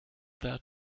that